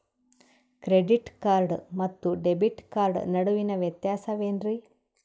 Credit card ಮತ್ತು debit card ನಡುವಿನ ವ್ಯತ್ಯಾಸ ವೇನ್ರೀ?